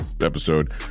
episode